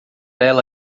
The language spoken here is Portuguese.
ela